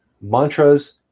mantras